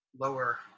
lower